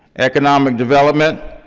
economic development,